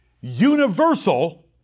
universal